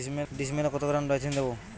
ডিস্মেলে কত gram Dithane দেবো?